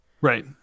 Right